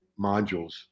modules